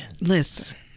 Listen